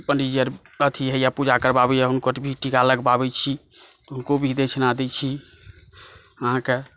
पंडीतजी आर अथी होइए पूजा करबाबैया हुनकर भी टीका लगबाबै छी हुनको भी दक्षिणा दै छी अहाँकेँ